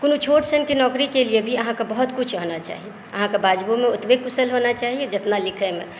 कोनो छोट सनक नौकरीके लेल भी अहाँके बहुत किछु आना चाही अहाँके बाजबोमे ओतबे कुशल हेबाक चाही जितना लिखेमे